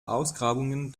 ausgrabungen